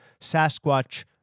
Sasquatch